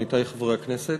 עמיתי חברי הכנסת,